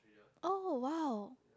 oh !wow!